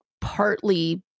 partly